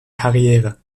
karriere